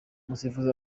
umusifuzi